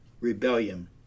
rebellion